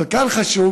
כאן חשוב